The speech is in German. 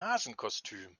hasenkostüm